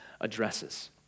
addresses